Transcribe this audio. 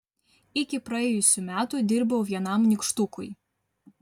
iki praėjusių metų dirbau vienam nykštukui